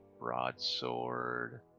broadsword